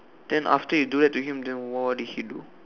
then after you do that to him then what did he do